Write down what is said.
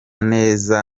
neza